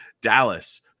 Dallas